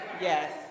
Yes